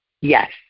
Yes